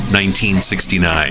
1969